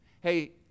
Hey